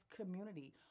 community